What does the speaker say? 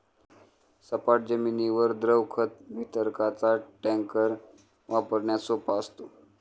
सपाट जमिनीवर द्रव खत वितरकाचा टँकर वापरण्यास सोपा असतो